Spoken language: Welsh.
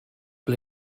ble